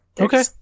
Okay